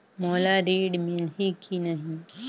मोला ऋण मिलही की नहीं?